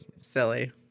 Silly